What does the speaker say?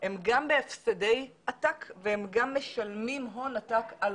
הם גם בהפסדי עתק והם גם משלמים הון עתק על